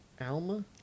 Alma